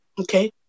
Okay